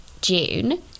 June